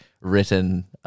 written-